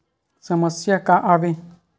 समस्या का आवे?